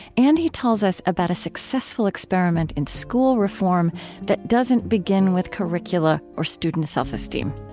and he tells us about a successful experiment in school reform that doesn't begin with curricula or student self-esteem.